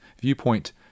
viewpoint